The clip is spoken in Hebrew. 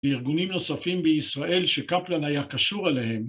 וארגונים נוספים בישראל שקפלן היה קשור אליהם.